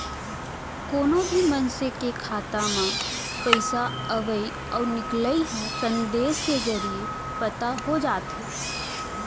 कोनो भी मनसे के खाता म पइसा अवइ अउ निकलई ह संदेस के जरिये पता हो जाथे